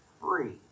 free